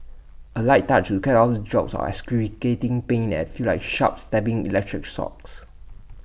A light touch we can off jolts of excruciating pain that feel like sharp stabbing electric shocks